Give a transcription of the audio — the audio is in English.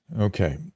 Okay